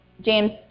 James